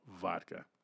vodka